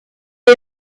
est